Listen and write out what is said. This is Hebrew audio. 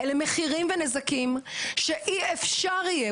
אלה מחירים ונזקים שאי אפשר יהיה לתקן אותם,